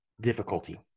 difficulty